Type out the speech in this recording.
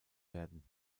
werden